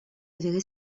avaient